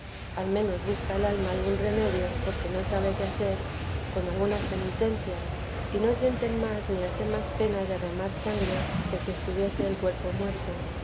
al menos busca el alma algún remedio porque no sabe qué hacer con algunas penitencias y no se sienten más ni hace más pena derramar sangre que si estuviese el cuerpo muerto